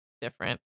different